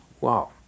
wow